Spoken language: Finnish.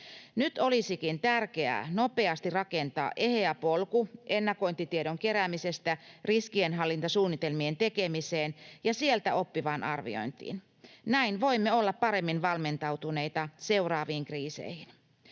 Nyt olisikin tärkeää nopeasti rakentaa eheä polku ennakointitiedon keräämisestä riskienhallintasuunnitelmien tekemiseen ja sieltä oppivaan arviointiin. Näin voimme olla paremmin valmentautuneita seuraaviin kriiseihin.